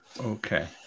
okay